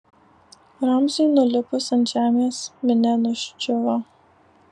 ramziui nulipus ant žemės minia nuščiuvo